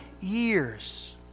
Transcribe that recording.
years